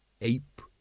ape